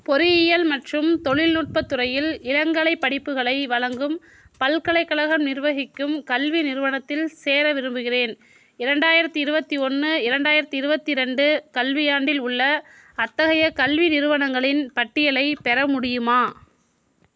பொறியியல் மற்றும் தொழில்நுட்பத் துறையில் இளங்கலைப் படிப்புகளை வழங்கும் பல்கலைக்கழகம் நிர்வகிக்கும் கல்வி நிறுவனத்தில் சேர விரும்புகிறேன் இரண்டாயிரத்தி இருபத்தி ஒன்று இரண்டாயிரத்தி இருபத்தி ரெண்டு கல்வியாண்டில் உள்ள அத்தகைய கல்வி நிறுவனங்களின் பட்டியலைப் பெற முடியுமா